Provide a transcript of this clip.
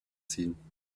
ziehen